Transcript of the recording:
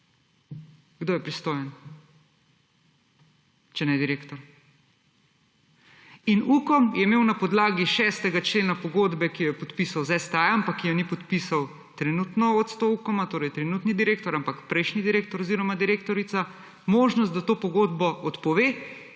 kdo je pristojen, če ne direktor? In Ukom je imel na podlagi 6. člena pogodbe, ki jo je podpisal z STA, ampak je ni podpisal trenutno vodstvo Ukoma, torej trenutni direktor, ampak prejšnji direktor oziroma direktorica, možnost, da to pogodbo odpove